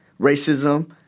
racism